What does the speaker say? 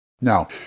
Now